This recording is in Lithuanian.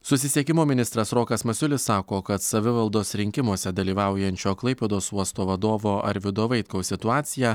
susisiekimo ministras rokas masiulis sako kad savivaldos rinkimuose dalyvaujančio klaipėdos uosto vadovo arvydo vaitkaus situaciją